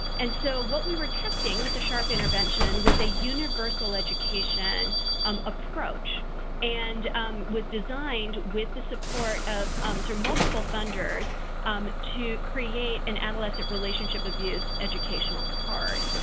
and so, what we were testing with the sharp intervention was a universal education um approach and was designed with the support of um through multiple funders to create an adolescent relationship abuse educational card.